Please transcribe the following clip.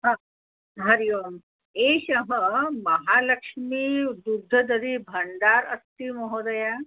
हा हरिः ओम् एषः महालक्ष्मी दुग्धदधिभाण्डारम् अस्ति महोदया